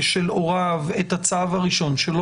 של הוריו את הצו הראשון שלו,